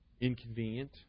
inconvenient